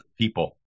people